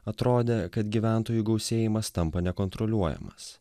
atrodė kad gyventojų gausėjimas tampa nekontroliuojamas